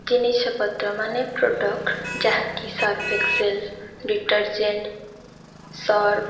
ଜିନିଷ ପତ୍ର ମାନେ ପ୍ରଡ଼କ୍ଟ ଯାହାକି ସର୍ଫ ଏକ୍ସେଲ୍ ଡ଼ିଟର୍ଜେଣ୍ଟ ସର୍ଫ୍